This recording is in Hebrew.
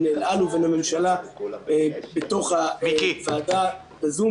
אל על ובין הממשלה בתוך הוועדה ב"זום",